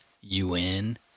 UN